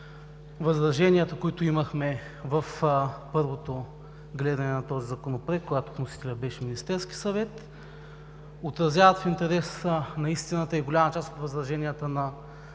възраженията, които имахме в първото гледане на този Законопроект, когато вносител беше Министерският съвет, отразява, в интерес на истината, голяма част от възраженията на